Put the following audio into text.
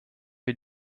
wir